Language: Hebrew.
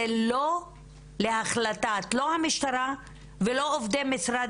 זה לא להחלטת המשטרה ולא להחלטת עובדי משרד